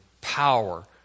power